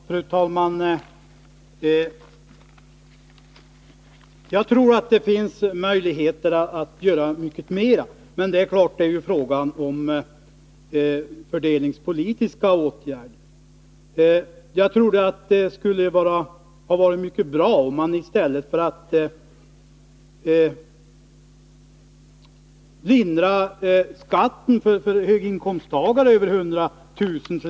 Fru talman! Jag tror att det finns möjligheter att göra mycket mer, men det är klart att det är fråga om fördelningspolitiska åtgärder. Jag anser att det hade varit mycket bra om man i stället för att sänka skatten för höginkomsttagare med inkomster över 100 000 kr.